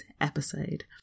episode